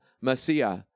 Messiah